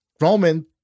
Roman